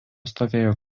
stovėjo